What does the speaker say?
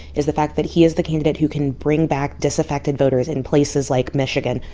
is the fact that he is the candidate who can bring back disaffected voters in places like michigan.